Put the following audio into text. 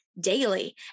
daily